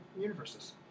universes